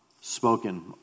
Spoken